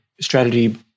strategy